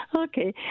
Okay